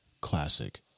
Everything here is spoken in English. Classic